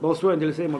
balsuoja dėl seimo